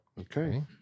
Okay